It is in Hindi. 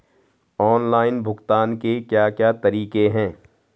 ऑनलाइन भुगतान के क्या क्या तरीके हैं?